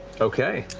okay.